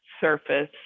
surface